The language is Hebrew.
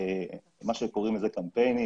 מה שקוראים לזה קמפיינים,